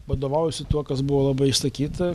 vadovaujuosi tuo kas buvo labai išsakyta